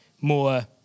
more